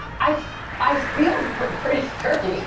i i feel pretty thirty.